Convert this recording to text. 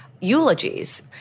eulogies